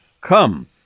Come